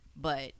but-